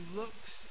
looks